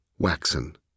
waxen